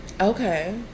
okay